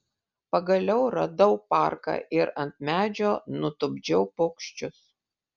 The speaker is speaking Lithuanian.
pagaliau radau parką ir ant medžio nutupdžiau paukščius